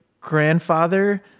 grandfather